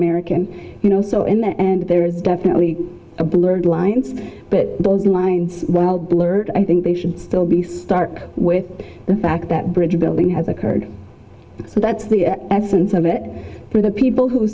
american you know so in the end there are definitely blurred lines but the old line while blurred i think they should still be stark with the fact that bridge building has occurred so that's the absence of it for the people who